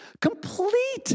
Complete